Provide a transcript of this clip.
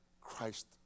Christ